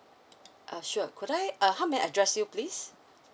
uh sure could I uh how may I address you please